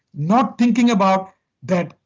not thinking about that,